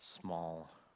small